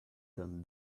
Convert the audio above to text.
them